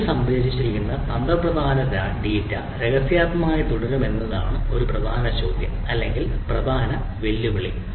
ക്ലൌഡിൽ സംഭരിച്ചിരിക്കുന്ന തന്ത്രപ്രധാനമായ ഡാറ്റ രഹസ്യാത്മകമായി തുടരുമെന്നതാണ് ഒരു പ്രധാന ചോദ്യം അല്ലെങ്കിൽ പ്രധാന വെല്ലുവിളി